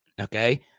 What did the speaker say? okay